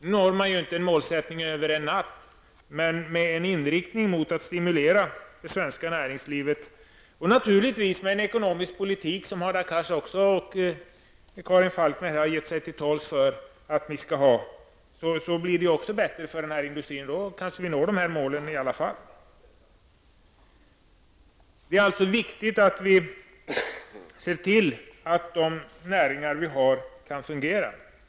Nu når man inte det målet över en natt, men med en inriktning mot att stimulera det svenska näringslivet och naturligtvis med den ekonomiska politik som Hadar Cars och Karin Falkmer har gjort sig till tolk för att vi skall ha får denna industri bättre förutsättningar. Då kanske vi når våra mål i alla fall. Det är alltså viktigt att vi ser till att våra näringar kan fungera.